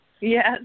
Yes